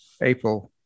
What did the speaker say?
April